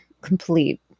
complete